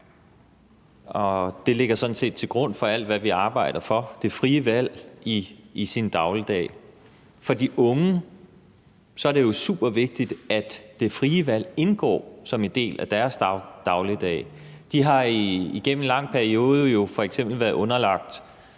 set til grund for alt, hvad vi arbejder for – det frie valg i dagligdagen. For de unge er det jo supervigtigt, at det frie valg indgår som en del af deres dagligdag. De har igennem en lang periode f.eks. været underlagt